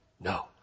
No